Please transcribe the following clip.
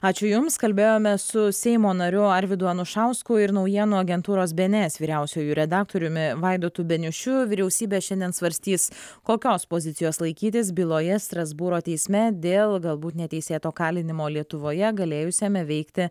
ačiū jums kalbėjome su seimo nariu arvydu anušausku ir naujienų agentūros be en es vyriausiuoju redaktoriumi vaidotu beniušiu vyriausybė šiandien svarstys kokios pozicijos laikytis byloje strasbūro teisme dėl galbūt neteisėto kalinimo lietuvoje galėjusiame veikti